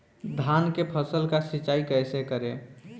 धान के फसल का सिंचाई कैसे करे?